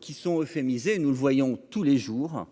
qui sont euphémisé nous le voyons tous les jours